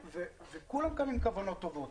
כולם כאן עם כוונות טובות,